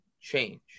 change